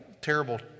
terrible